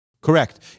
Correct